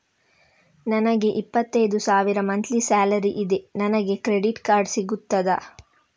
ನನಗೆ ಇಪ್ಪತ್ತೈದು ಸಾವಿರ ಮಂತ್ಲಿ ಸಾಲರಿ ಇದೆ, ನನಗೆ ಕ್ರೆಡಿಟ್ ಕಾರ್ಡ್ ಸಿಗುತ್ತದಾ?